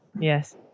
Yes